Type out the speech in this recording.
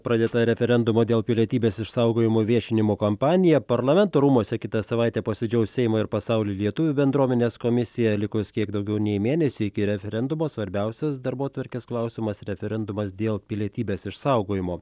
pradėta referendumo dėl pilietybės išsaugojimo viešinimo kampanija parlamento rūmuose kitą savaitę posėdžiaus seimo ir pasaulio lietuvių bendruomenės komisija likus kiek daugiau nei mėnesiui iki referendumo svarbiausias darbotvarkės klausimas referendumas dėl pilietybės išsaugojimo